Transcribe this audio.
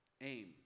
aim